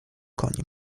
koni